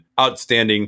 outstanding